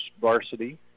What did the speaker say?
varsity